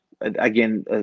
again